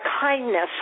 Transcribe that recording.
kindness